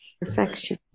perfection